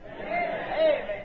amen